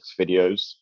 videos